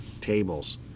tables